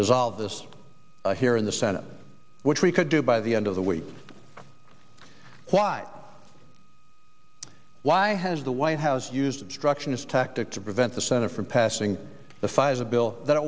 resolve this here in the senate which we could do by the end of the week why why has the white house used instruction as tactic to prevent the senate from passing the size a bill that